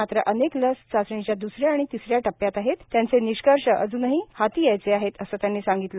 मात्र अनेक लसी चाचणीच्या द्सऱ्या आणि तिसऱ्या टप्प्यात आहेत त्यांचे निष्कर्ष अजूनही हाती यायचे आहेत असं त्यांनी सांगितलं